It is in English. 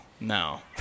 No